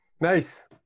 Nice